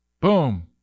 Boom